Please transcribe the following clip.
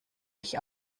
ich